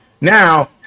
Now